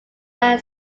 man